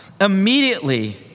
Immediately